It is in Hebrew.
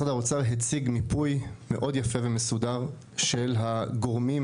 משרד האוצר הציג מיפוי מאוד יפה ומסודר של הגורמים